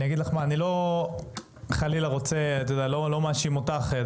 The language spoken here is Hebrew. אני לא מאשים אותך,